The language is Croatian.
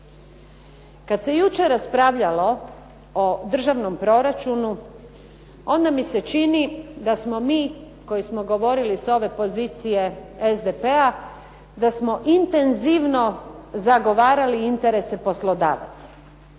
Kada se jučer raspravljalo o državnom proračunu, onda mi se čini da smo mi koji smo govorili s ove pozicije SDP-a da smo intenzivno zagovarali interese poslodavaca.